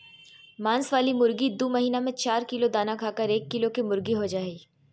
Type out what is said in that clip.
मांस वाली मुर्गी दू महीना में चार किलो दाना खाकर एक किलो केमुर्गीहो जा हइ